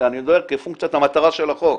כפונקציית המטרה של החוק.